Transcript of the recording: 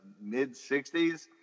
mid-60s